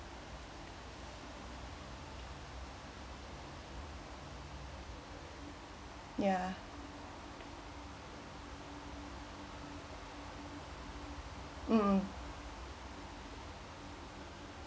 ya mm ya